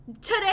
Today